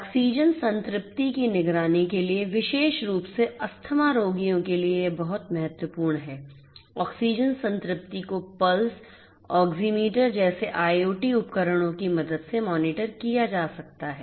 oxygen संतृप्ति की निगरानी के लिए विशेष रूप से अस्थमा रोगियों के लिए यह बहुत महत्वपूर्ण है ऑक्सीजन संतृप्ति को पल्स ऑक्सीमीटर जैसे IOT उपकरणों की मदद से मॉनिटर किया जा सकता है